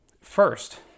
First